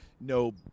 no